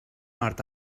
hort